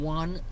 one